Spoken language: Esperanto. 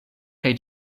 kaj